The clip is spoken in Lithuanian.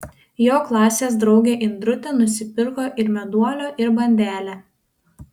jo klasės draugė indrutė nusipirko ir meduolio ir bandelę